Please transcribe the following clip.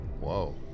Whoa